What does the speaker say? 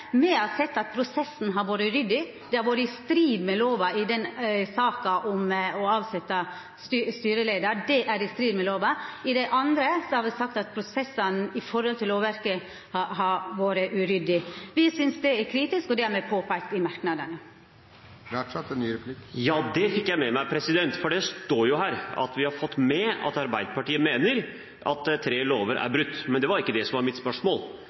Me har sett at prosessen har vore ryddig. Å avsetja styreleiar er i strid med lova. For det andre har me sagt at prosessane etter lovverket har vore uryddige. Me synest det er kritisk, og det har me påpeikt i merknadene. Ja, det fikk jeg med meg, for det står jo her, vi har fått med oss at Arbeiderpartiet mener at tre lover er brutt. Men det var ikke det som var mitt spørsmål.